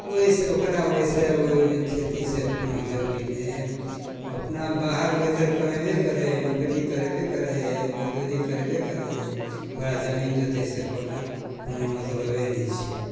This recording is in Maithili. तऽ ओहिसँ ओकरा ओहिसँ ओहिमे खेती से कोनो जरूरी नहि हइ ओ अपना बाहर भीतर कमेबे करै हइ नौकरी करबे करै हइ मजदूरी करबे करै हइ ओकरा जमीन जोतैसँ ओकरा कोनो मतलबे नहि छै